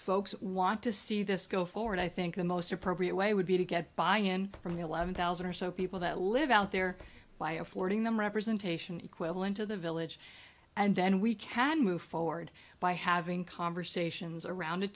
folks want to see this go forward i think the most appropriate way would be to get buy in from the eleven thousand or so people that live out there by affording them representation equivalent to the village and then we can move forward by having conversations around a